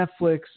Netflix